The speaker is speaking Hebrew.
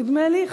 נדמה לי.